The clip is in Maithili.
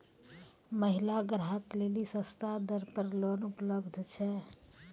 महिला ग्राहक लेली सस्ता दर पर लोन उपलब्ध छै?